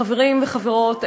חברים וחברות,